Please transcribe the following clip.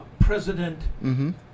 President